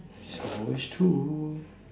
it's always true